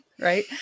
right